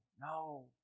no